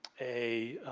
a